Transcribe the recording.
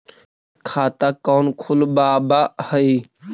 current खाता कौन खुलवावा हई